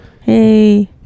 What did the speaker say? Hey